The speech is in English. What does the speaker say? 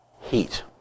Heat